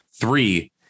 Three